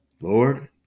Lord